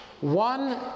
One